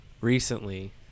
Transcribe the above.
recently